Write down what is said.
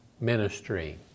ministry